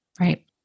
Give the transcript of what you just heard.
Right